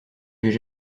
j’aie